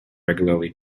regularly